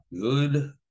good